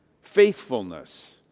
faithfulness